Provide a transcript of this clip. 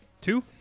Two